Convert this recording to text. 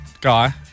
Guy